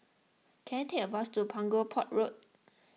can I take a bus to Punggol Port Road